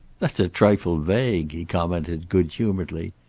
that's a trifle vague, he commented good-humoredly.